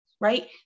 right